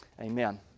amen